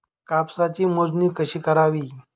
कापसाची मोजणी कशी करावी?